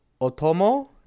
Otomo